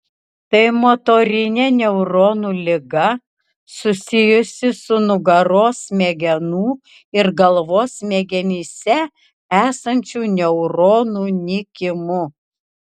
tai motorinė neuronų liga susijusi su nugaros smegenų ir galvos smegenyse esančių neuronų nykimu